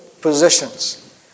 positions